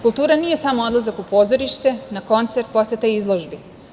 Kultura nije samo odlazak u pozorište, na koncert, poseta izložbi.